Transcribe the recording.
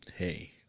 Hey